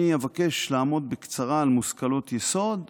אני אבקש לעמוד בקצרה על מושכלות יסוד,